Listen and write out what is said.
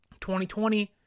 2020